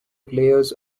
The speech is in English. players